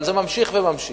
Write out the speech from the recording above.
אבל זה ממשיך וממשיך,